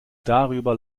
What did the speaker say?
darüber